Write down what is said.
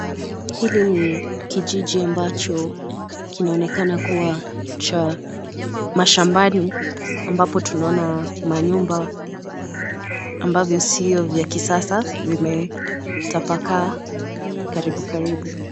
Hili ni kijiji ambacho, kinaonekana kuwa cha mashambani, ambapo tunaona manyumba ambavyo sio vya kisasa vimetapakaa karibu karibu.